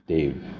Dave